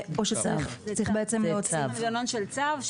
זה מנגנון של צו.